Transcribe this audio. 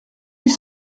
huit